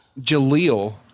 Jaleel